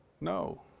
No